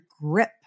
grip